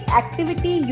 activity